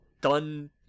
done –